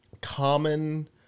common